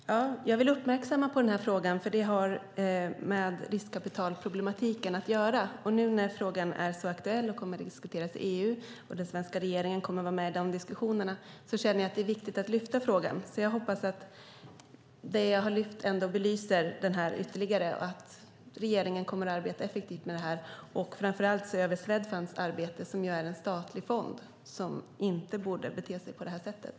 Fru talman! Jag vill uppmärksamma den här frågan. Det har med riskkapitalproblematiken att göra. Nu när frågan är så aktuell och kommer att diskuteras i EU och den svenska regeringen kommer att vara med och diskutera känner jag att det är viktigt att lyfta frågan. Jag hoppas att det jag har sagt belyser detta ytterligare och att regeringen kommer att arbeta effektivt med detta. Det gäller framför allt Swedfund som är en statlig fond och inte borde bete sig på det här sättet.